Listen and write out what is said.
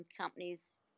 companies